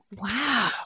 Wow